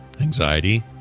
anxiety